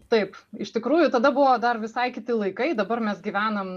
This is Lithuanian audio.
taip iš tikrųjų tada buvo dar visai kiti laikai dabar mes gyvenam